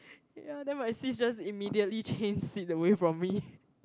ya then my sis just immediately change seat away from me